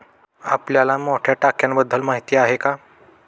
आपल्याला मोठ्या टाक्यांबद्दल माहिती आहे का?